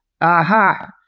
aha